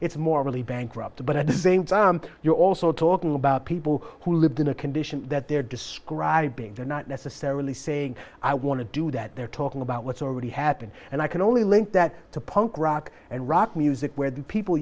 it's morally bankrupt but at the same time you're also talking about people who lived in a condition that they're describing they're not necessarily saying i want to do that they're talking about what's already happened and i can only link that to punk rock and rock music where the people